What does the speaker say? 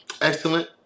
excellent